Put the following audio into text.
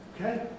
Okay